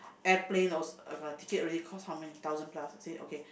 airplane was ticket already cost how many thousand plus I say okay